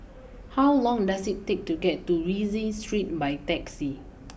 how long does it take to get to Rienzi Street by taxi